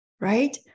right